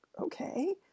okay